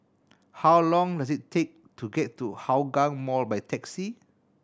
how long does it take to get to Hougang Mall by taxi